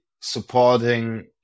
supporting